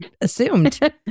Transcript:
assumed